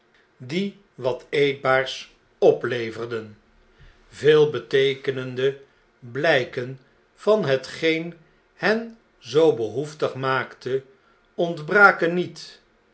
die wat eetbaars opleverden veelbeteekenende blpen van hetgeen hen zoo behoeftig maakte ontbraken niet